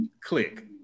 click